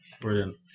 Brilliant